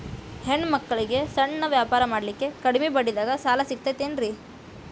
ಹೆಣ್ಣ ಮಕ್ಕಳಿಗೆ ಸಣ್ಣ ವ್ಯಾಪಾರ ಮಾಡ್ಲಿಕ್ಕೆ ಕಡಿಮಿ ಬಡ್ಡಿದಾಗ ಸಾಲ ಸಿಗತೈತೇನ್ರಿ?